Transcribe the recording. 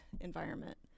environment